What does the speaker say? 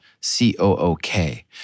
C-O-O-K